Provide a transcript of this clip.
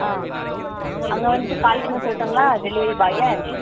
அங்கே வந்து காலி பண்ண சொல்லடுங்களா டெலிவரி பாயை